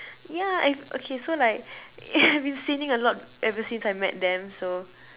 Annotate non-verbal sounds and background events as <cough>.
yeah I okay so like <laughs> I have been sinning a lot ever since I met them so